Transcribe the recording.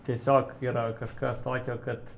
tiesiog yra kažkas tokio kad